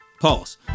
Pause